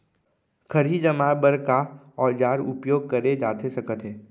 खरही जमाए बर का औजार उपयोग करे जाथे सकत हे?